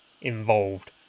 involved